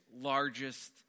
largest